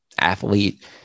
athlete